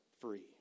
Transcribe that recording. free